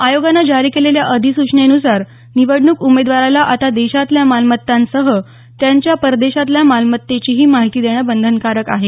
आयोगानं जारी केलेल्या अधिसूचनेन्सार निवडणूक उमेदवाराला आता देशातल्या मालमत्तांसह त्यांच्या परदेशातल्या मालमत्तेची माहिती देणं बंधनकारक आहे